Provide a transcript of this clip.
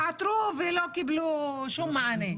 עתרו ולא קיבלו שום מענה.